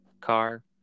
car